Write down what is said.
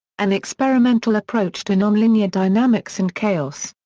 an experimental approach to nonlinear dynamics and chaos.